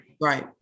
Right